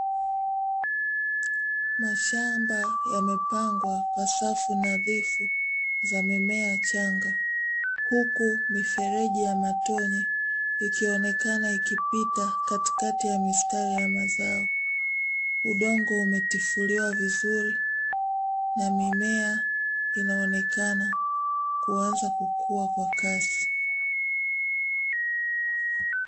mashamba yamepangwa kwa safu nadhifu za mimea changa, huku mifereji ya matonye ikionekana ikipita katikati ya mistari ya mazao, udongo umetifuliwa vizuri na mimea inaonekana kuanza kukua kwa kasi.